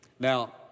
Now